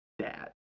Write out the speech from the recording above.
dad